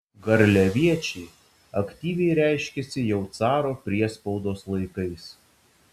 garliaviečiai aktyviai reiškėsi jau caro priespaudos laikais